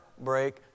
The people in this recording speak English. break